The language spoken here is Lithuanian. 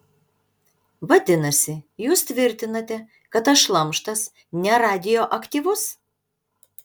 vadinasi jūs tvirtinate kad tas šlamštas neradioaktyvus